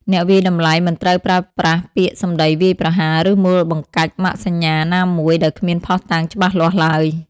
អ្នកវាយតម្លៃមិនត្រូវប្រើប្រាស់ពាក្យសម្តីវាយប្រហារ ឬមួលបង្កាច់ម៉ាកសញ្ញាណាមួយដោយគ្មានភស្តុតាងច្បាស់លាស់ឡើយ។